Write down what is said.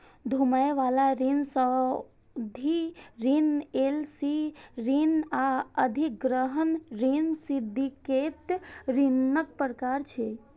घुमै बला ऋण, सावधि ऋण, एल.सी ऋण आ अधिग्रहण ऋण सिंडिकेट ऋणक प्रकार छियै